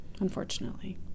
unfortunately